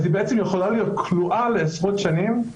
אז היא בעצם יכולה להיות כלואה לעשרות שנים,